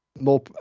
More